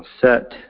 set